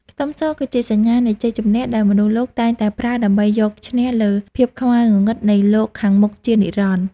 ខ្ទឹមសគឺជាសញ្ញានៃជ័យជំនះដែលមនុស្សលោកតែងតែប្រើដើម្បីយកឈ្នះលើភាពខ្មៅងងឹតនៃលោកខាងមុខជានិរន្តរ៍។